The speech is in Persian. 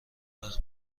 وقت